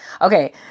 Okay